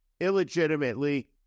illegitimately